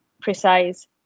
precise